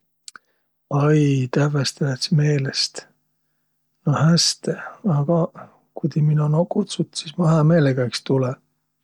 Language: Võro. Tere! Andkõq andis! Teil um väega kõva mus'a üüse. Mi ei saaq maadaq, kiäki saa-ai siin küläh maadaq. Olkõq hääq, käändkeq tassakõistõ, käändkeq ärq tassa uma mus'a. Parõmb, ku ti lääsiq magama ärq hoobis.